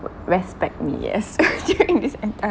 respect me yes in this entire